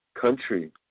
country